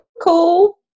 cool